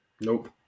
Nope